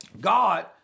God